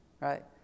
Right